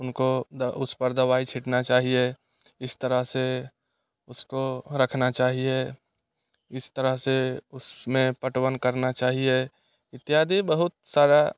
उनको उस पर दवाई छिड़कना चाहिए इस तरह से उसको रखना चाहिए इस तरह से उसमें पटवन करना चाहिए इत्यादि बहुत सारा